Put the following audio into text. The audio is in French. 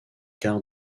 quart